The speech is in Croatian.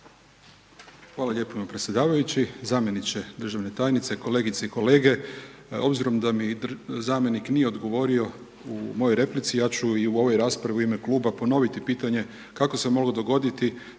Hvala lijepo predsjedavajući, zamjeničke državne tajnice, kolegice i kolege. Obzirom da mi zamjenik nije odgovorio u mojoj replici, ja ću i u ovoj raspravi u ime kluba ponoviti pitanje kako se moglo dogoditi